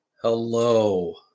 Hello